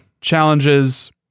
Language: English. challenges